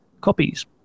copies